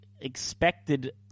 expected